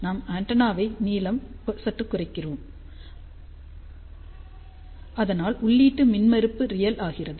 நாம் ஆண்டெனாவைக நீளம் சற்றுக் குறைக்கிறோம் அதனால் உள்ளீட்டு மின்மறுப்பு ரியல் ஆகிறது